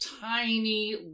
tiny